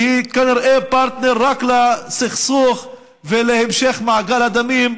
שהיא כנראה פרטנר רק לסכסוך ולהמשך מעגל הדמים,